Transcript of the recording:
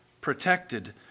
protected